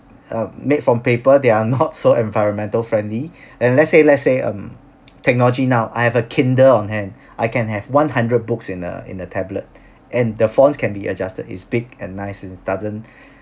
uh made from paper they are not so environmental friendly and let's say let's say um technology now I have a Kindle on hand I can have one hundred books in a in a tablet and the phones can be adjusted is big and nice and doesn't